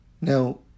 Now